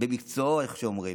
במקצועו, איך שאומרים.